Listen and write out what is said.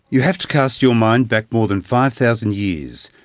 you have to cast your mind back more than five thousand years,